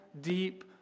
deep